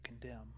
condemn